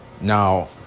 Now